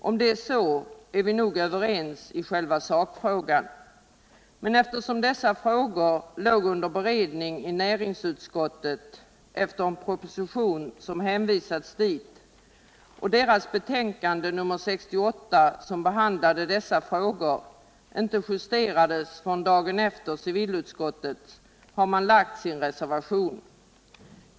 Om det är så, är vi nog överens i själva sakfrågan. Men eftersom dessa frågor låg under beredning i näringsutskottet, sedan en proposition hänvisats dit, och näringsutskottets betänkande —- nr 68, som behandlade dessa frågor — inte justerades förrän dagen efter justeringen av civilutskottets betänkande, har socialdemokraterna skrivit sin reservation.